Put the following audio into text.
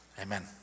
Amen